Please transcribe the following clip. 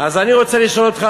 אז אני רוצה לשאול אותך,